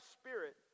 Spirit